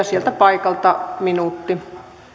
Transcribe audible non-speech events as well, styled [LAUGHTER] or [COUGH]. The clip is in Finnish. [UNINTELLIGIBLE] sieltä paikalta minuutti